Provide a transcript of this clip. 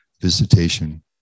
visitation